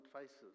faces